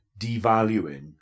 devaluing